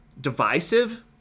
divisive